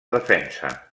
defensa